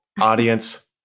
audience